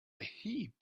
heap